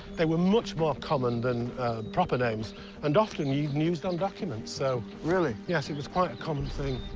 they were much more common than proper names and often even used on documents, so. really? yes, it was quite a common thing.